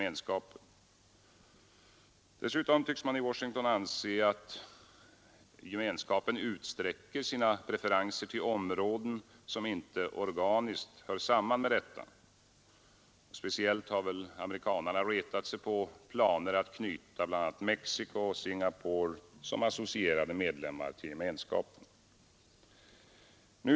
Dessutom tycks man i Washington anse att EG utsträcker sina preferenser till områden som inte organiskt hör samman med gemenskapen. Speciellt har amerikanerna retat sig på planer att knyta bl.a. Mexico och Singapore som associerade medlemmar till EG.